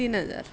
तीन हजार